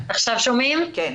בבקשה.